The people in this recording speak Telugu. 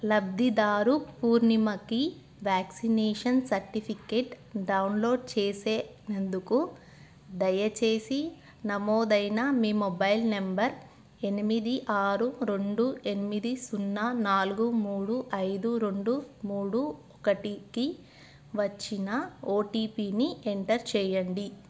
లబ్ధిదారు పూర్ణిమకి వ్యాక్సినేషన్ సర్టిఫికేట్ డౌన్లోడ్ చేసే నందుకు దయచేసి నమోదైన మీ మొబైల్ నంబర్ ఎనిమిది ఆరు రెండు ఎనిమిది సున్నా నాలుగు మూడు ఐదు రెండు మూడు ఒకటికి వచ్చిన ఓటీపీని ఎంటర్ చేయండి